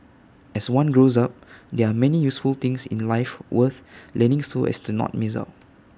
as one grows up there are many useful things in life worth learning so as not to miss out